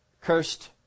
cursed